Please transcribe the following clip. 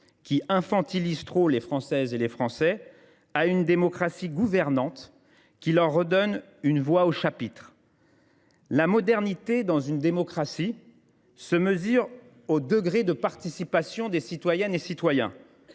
qui infantilise trop les Françaises et les Français, à une « démocratie gouvernante », qui leur redonne voix au chapitre. La modernité d’une démocratie se mesure au degré de participation des citoyennes et citoyens.